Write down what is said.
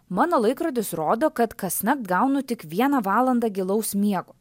mano laikrodis rodo kad kasnakt gaunu tik vieną valandą gilaus miego